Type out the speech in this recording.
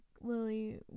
lily